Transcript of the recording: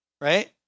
right